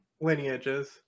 lineages